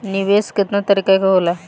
निवेस केतना तरीका के होला?